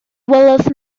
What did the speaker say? welodd